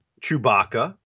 Chewbacca